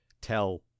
tell